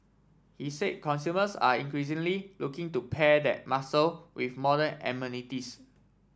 he said consumers are increasingly looking to pair that muscle with modern amenities